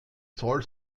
zoll